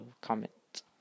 comment